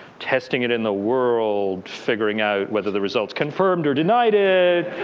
testing it in the world, figuring out whether the results confirmed or denied it.